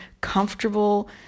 comfortable